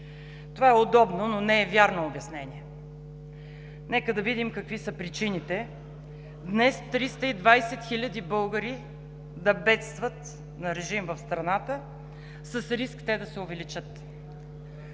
Това е удобно, но не е вярно обяснение. Нека да видим какви са причините днес 320 хиляди българи да бедстват на режим в страната с риск те да се увеличат.